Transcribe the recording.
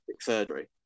surgery